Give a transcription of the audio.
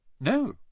No